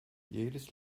jedes